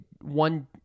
one